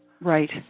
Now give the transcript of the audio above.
Right